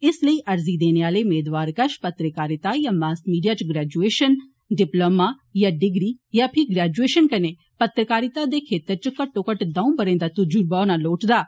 इस लेई अर्जी देने आले मेदवार कष पत्रकारिता जां मास मीडिया च ग्रैजुएषन डिपलोमा जां डिग्री जां पही ग्रैजुएषन कन्नै पत्रकारिता दे क्षेत्र च घट्टो घट्ट दऊं ब'रें दा तजुर्बा होना लोड़चदा ऐ